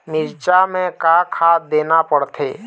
मिरचा मे का खाद देना पड़थे?